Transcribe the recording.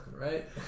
right